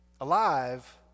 Alive